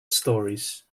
stories